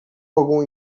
órgão